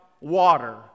water